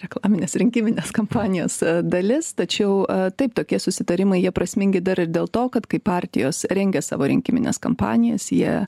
reklaminės rinkiminės kampanijos dalis tačiau taip tokie susitarimai jie prasmingi dar ir dėl to kad kai partijos rengia savo rinkimines kampanijas jie